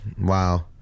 wow